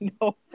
No